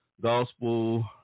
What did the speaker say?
gospel